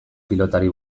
pilotari